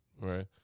Right